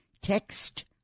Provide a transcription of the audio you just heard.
Text